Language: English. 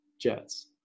Jets